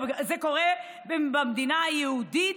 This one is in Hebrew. זה קורה במדינה היהודית,